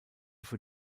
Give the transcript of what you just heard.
für